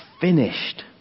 finished